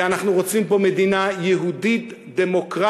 כי אנחנו רוצים פה מדינה יהודית דמוקרטית,